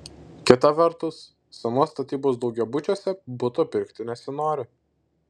kita vertus senos statybos daugiabučiuose buto pirkti nesinori